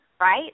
right